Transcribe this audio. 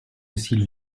s’il